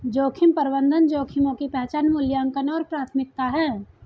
जोखिम प्रबंधन जोखिमों की पहचान मूल्यांकन और प्राथमिकता है